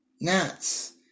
gnats